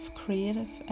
creative